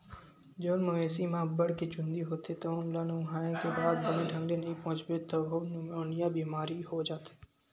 जउन मवेशी म अब्बड़ के चूंदी होथे तउन ल नहुवाए के बाद बने ढंग ले नइ पोछबे तभो निमोनिया बेमारी हो जाथे